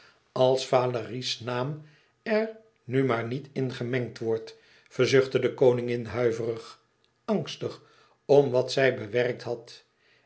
zaak als valérie's naam er nu maar niet in gemengd wordt verzuchtte de koningin huiverig angstig om wat zij bewerkt had